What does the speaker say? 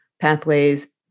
pathways